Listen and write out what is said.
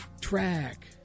track